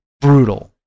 brutal